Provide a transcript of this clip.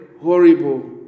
horrible